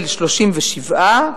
של 37,